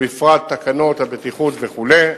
ובפרט תקנות הבטיחות וכו'.